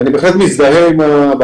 אני חוקר את כל אלפי